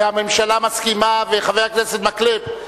והממשלה מסכימה חבר הכנסת מקלב,